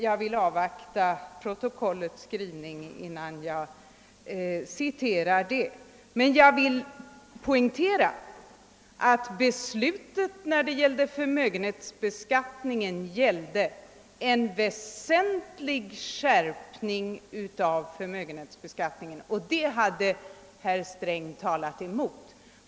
Jag vill avvakta protokollet innan jag citerar, men jag vill poängtera att beslutet när det gällde förmögenhetsbeskattningen avsåg en väsentlig skärpning. Detta hade herr Sträng talat emot.